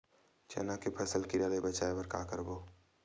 चना के फसल कीरा ले बचाय बर का करबो?